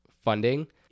funding